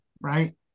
right